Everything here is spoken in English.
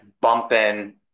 bumping